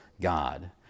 God